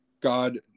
God